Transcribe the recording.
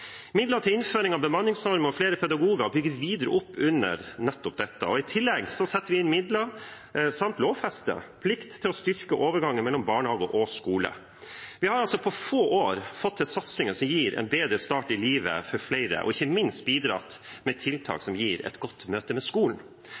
Midler til innføring av bemanningsnorm og flere pedagoger bygger videre opp under nettopp dette. I tillegg setter vi inn midler samt lovfester plikt til å styrke overgangen mellom barnehage og skole. På få år har vi fått til satsinger som gir en bedre start i livet for flere, og ikke minst bidratt med tiltak